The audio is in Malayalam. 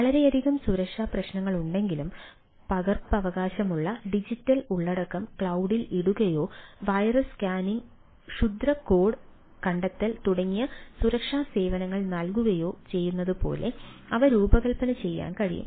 വളരെയധികം സുരക്ഷാ പ്രശ്നങ്ങളുണ്ടെങ്കിലും പകർപ്പവകാശമുള്ള ഡിജിറ്റൽ ഉള്ളടക്കം ക്ലൌഡിൽ ഇടുകയോ വൈറസ് സ്കാനിംഗ് ക്ഷുദ്ര കോഡ് കണ്ടെത്തൽ തുടങ്ങിയ സുരക്ഷാ സേവനങ്ങൾ നൽകുകയോ ചെയ്യുന്നതുപോലെ അവ രൂപകൽപ്പന ചെയ്യാൻ കഴിയും